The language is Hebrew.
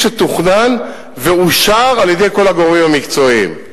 שתוכנן ואושר על-ידי כל הגורמים המקצועיים.